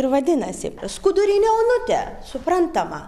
ir vadinasi skudurinė onutė suprantama